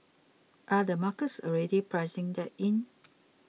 are the markets already pricing that in